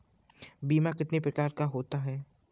बीमा कितने प्रकार का होता है?